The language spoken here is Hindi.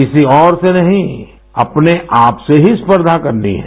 किसी और से नहीं अपने आप से ही स्पर्धा करनी है